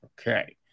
Okay